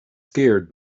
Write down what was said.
scared